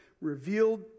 revealed